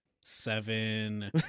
seven